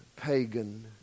pagan